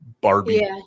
Barbie